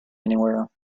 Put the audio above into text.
anywhere